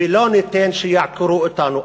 ולא ניתן שיעקרו אותנו.